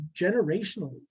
generationally